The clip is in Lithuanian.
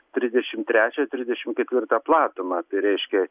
trisdešimt trečią trisdešimt ketvirtą platumą tai reiškia